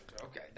Okay